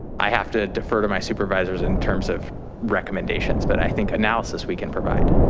i have to defer to my supervisors in terms of recommendations, but i think analysis we can provide.